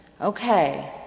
okay